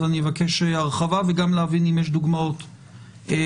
אז אני אבקש הרחבה וגם להבין אם יש דוגמאות נוספות.